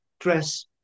dress